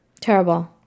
Terrible